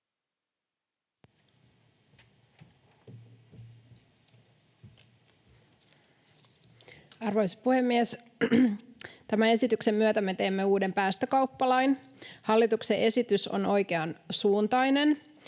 Arvoisa puhemies! Tämän esityksen myötä me teemme uuden päästökauppalain. Hallituksen esitys on oikeansuuntainen.